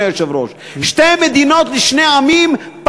שתי מדינות לשני עמים.